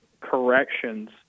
corrections